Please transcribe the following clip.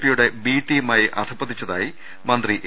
പിയുടെ ബി ടീമായി അധ പതിച്ചതായി മന്ത്രി എ